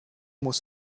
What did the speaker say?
muss